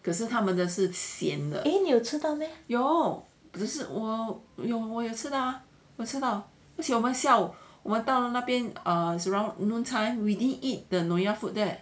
eh 你有吃到 meh